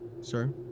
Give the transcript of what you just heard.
Sir